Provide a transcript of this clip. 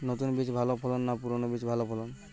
নতুন বীজে ভালো ফলন না পুরানো বীজে ভালো ফলন?